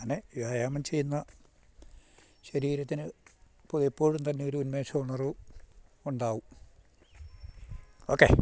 അങ്ങനെ വ്യായാമം ചെയ്യുന്ന ശരീരത്തിന് പൊതു എപ്പോഴും തന്നെ ഒരു ഉന്മേഷവും ഉണർവും ഉണ്ടാകും ഓക്കെ